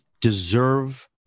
deserve